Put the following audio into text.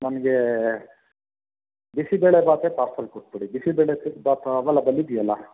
ನಮಗೆ ಬಿಸಿಬೇಳೆ ಭಾತೆ ಪಾರ್ಸಲ್ ಕೊಟ್ಟುಬಿಡಿ ಬಿಸಿಬೇಳೆ ಸಿಕ್ ಭಾತ್ ಅವೇಲಬಲ್ ಇದೆಯಲ್ಲ